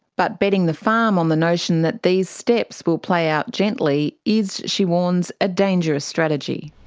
but betting the farm on the notion that these steps will play out gently is, she warns, a dangerous strategy.